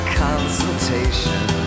consultation